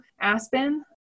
Aspen